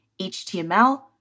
HTML